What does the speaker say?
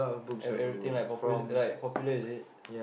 ev~ everything like Popular like Popular is it